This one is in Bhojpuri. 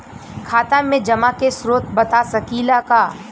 खाता में जमा के स्रोत बता सकी ला का?